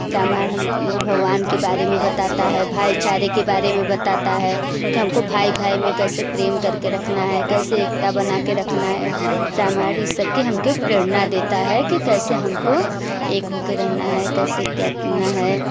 रामायण हम वह भगवान के बारे में बताता है भाईचारे के बारे में बताता है कि हमको भाई भाई में कैसे प्रेम करके रखना है कैसे एकता बना कर रखना है रामायण इस सबकी हमके प्रेरणा देता है कि कैसे हमको एक हो कर रहना है कैसे क्या करना है